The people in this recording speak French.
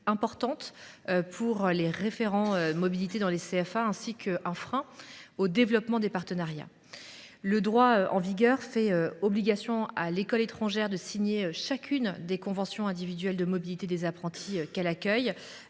importante pour les référents mobilité des CFA ainsi qu’un frein au développement des partenariats. Le droit en vigueur fait obligation à l’école étrangère de signer une convention individuelle de mobilité pour chaque apprenti qu’elle accueille,